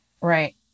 Right